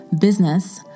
business